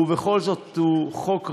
בכל זאת הוא חוק ראוי,